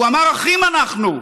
הוא אמר: אחים אנחנו.